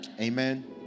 amen